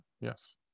Yes